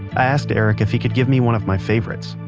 i asked erik if he could give me one of my favorites,